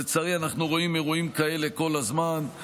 לצערי, אנחנו רואים אירועים כאלה כל הזמן.